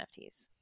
NFTs